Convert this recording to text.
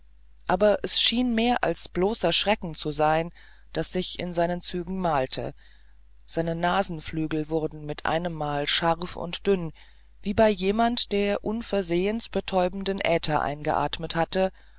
aber es schien mehr als bloßer schrecken zu sein was sich in seinen zügen malte seine nasenflügel wurden mit einemmal scharf und dünn wie bei jemand der unversehens betäubenden äther eingeatmet hat